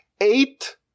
eight